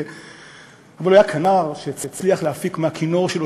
אבל הוא היה כנר שהצליח להפיק מהכינור שלו